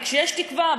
וכשיש תקווה,